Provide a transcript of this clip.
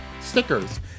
stickers